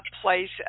place